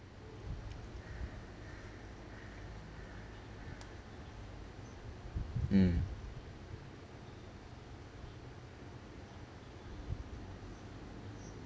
mm